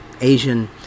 Asian